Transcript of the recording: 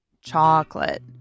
Chocolate